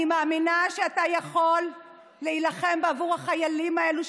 אני מאמינה שאתה יכול להילחם בעבור החיילים האלה,